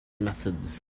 methods